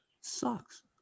Sucks